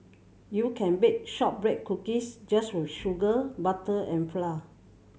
you can bake shortbread cookies just with sugar butter and flour